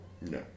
No